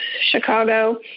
Chicago